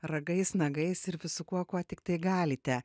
ragais nagais ir visu kuo kuo tiktai galite